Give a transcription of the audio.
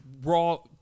raw